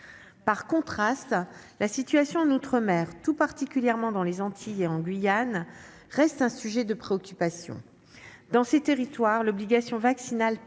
Par contraste, la situation en outre-mer, tout particulièrement dans les Antilles et en Guyane, reste un sujet de préoccupation. Dans ces territoires, l'obligation vaccinale